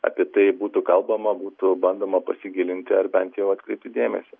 apie tai būtų kalbama būtų bandoma pasigilinti ar bent jau atkreipti dėmesį